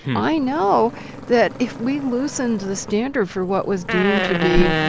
i know that if we loosened the standard for what was deemed to be,